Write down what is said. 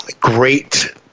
great